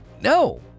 no